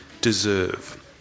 deserve